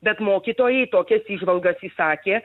bet mokytojai tokias įžvalgas išsakė